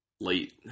Late